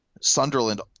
Sunderland